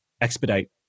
expedite